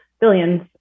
Billions